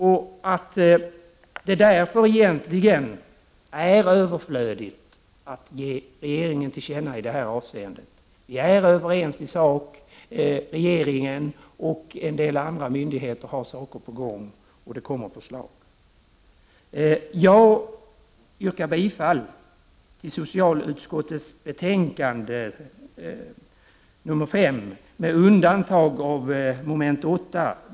Därför är det egentligen överflödigt att ge regeringen detta till känna i det här avseendet. Vi är överens i sak. Regeringen och en del andra myndigheter har saker på gång, och det kommer förslag. Jag yrkar bifall till socialutskottets hemställan i betänkande nr 5 med undantag av mom. 8.